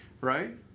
right